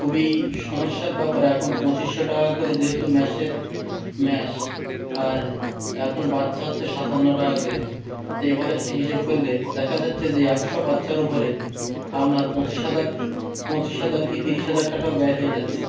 খুবই সমস্যার ব্যাপারে এখন পঁচিশশো টাকা করে যেহেতু ম্যাশের ম্যশ আর এখন বাচ্চা হচ্ছে সাতান্ন টাকা করে তো এভারেসটি হিসেব করলে দেখা যাচ্ছে যে একশো বাচ্চার ওপরে আপনার পঁচিশ হাজার পঁচিশ হাজার কি তিরিশ হাজার টাকা ব্যয় হয়ে যাচ্ছে